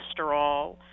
cholesterol